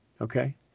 okay